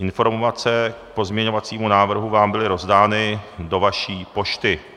Informace k pozměňovacímu návrhu vám byly rozdány do vaší pošty.